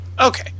Okay